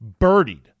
birdied